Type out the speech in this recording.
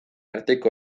arteko